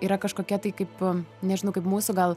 yra kažkokia tai kaip nežinau kaip mūsų gal